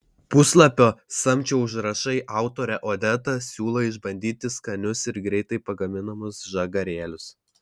puslapio samčio užrašai autorė odeta siūlo išbandyti skanius ir greitai pagaminamus žagarėlius